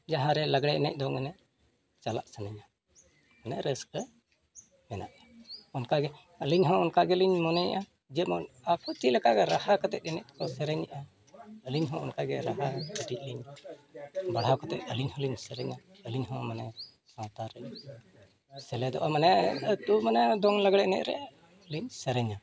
ᱡᱟᱦᱟᱸ ᱨᱮ ᱞᱟᱜᱽᱲᱮ ᱮᱱᱮᱡ ᱫᱚᱝ ᱮᱱᱮᱡ ᱪᱟᱞᱟᱜ ᱥᱟᱱᱟᱧᱟ ᱩᱱᱟᱹᱜ ᱨᱟᱹᱥᱠᱟᱹ ᱢᱮᱱᱟᱜᱼᱟ ᱚᱱᱠᱟ ᱜᱮ ᱟᱹᱞᱤᱧ ᱦᱚᱸ ᱚᱱᱠᱟ ᱜᱮᱞᱤᱧ ᱢᱚᱱᱮᱭᱮᱫᱼᱟ ᱡᱮᱢᱚᱱ ᱟᱵᱚ ᱪᱮᱫ ᱞᱮᱠᱟ ᱨᱟᱦᱟ ᱠᱟᱛᱮᱫ ᱮᱱᱮᱡ ᱠᱚ ᱥᱮᱨᱮᱧᱮᱜᱼᱟ ᱟᱹᱞᱤᱧ ᱦᱚᱸ ᱚᱱᱠᱟᱜᱮ ᱨᱟᱦᱟ ᱠᱟᱹᱴᱤᱡ ᱞᱤᱧ ᱵᱟᱲᱦᱟᱣ ᱠᱟᱛᱮᱫ ᱟᱹᱞᱤᱧ ᱦᱚᱞᱤᱧ ᱥᱮᱨᱮᱧᱟ ᱟᱹᱞᱤᱧ ᱦᱚᱸ ᱢᱟᱱᱮ ᱥᱟᱶᱛᱟ ᱨᱮᱧ ᱥᱮᱞᱮᱫᱚᱜᱼᱟ ᱢᱟᱱᱮ ᱫᱩ ᱢᱟᱱᱮ ᱫᱚᱝ ᱞᱟᱜᱽᱲᱮ ᱮᱱᱮᱡ ᱨᱮ ᱞᱤᱧ ᱥᱮᱨᱮᱧᱟ